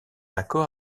accord